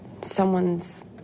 someone's